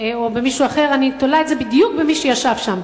או במישהו אחר, אני תולה את זה בדיוק במי שישב שם,